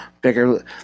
bigger